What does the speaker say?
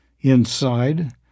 Inside